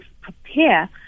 prepare